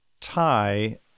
tie